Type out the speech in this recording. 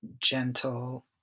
gentle